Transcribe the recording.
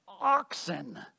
oxen